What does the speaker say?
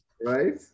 Right